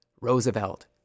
Roosevelt